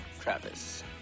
travis